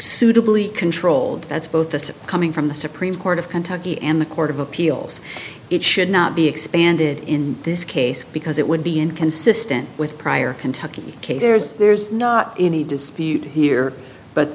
suitably controlled that's both this coming from the supreme court of kentucky and the court of appeals it should not be expanded in this case because it would be inconsistent with prior kentucky case there's there's not any dispute here but